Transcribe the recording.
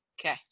okay